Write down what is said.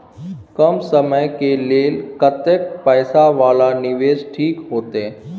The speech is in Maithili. कम समय के लेल कतेक पैसा वाला निवेश ठीक होते?